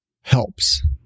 helps